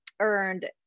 earned